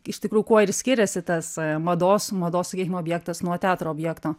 iš tikrųjų kuo ir skiriasi tas mados mados sakykim objektas nuo teatro objekto